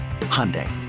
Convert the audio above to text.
Hyundai